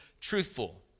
truthful